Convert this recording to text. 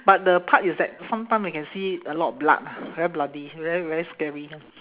but the part is that sometime we can see a lot of blood ah very bloody very very scary